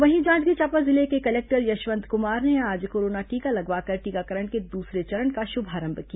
वहीं जांजगीर चांपा जिले के कलेक्टर यशवंत कुमार ने आज कोरोना टीका लगवाकर टीकाकरण के दूसरे चरण का शुभारंभ किया